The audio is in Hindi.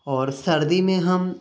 और सर्दी में हम